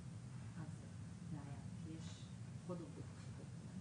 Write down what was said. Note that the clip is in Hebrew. מה זה באותו תפקיד?